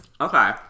Okay